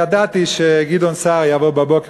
ידעתי שגדעון סער יבוא בבוקר,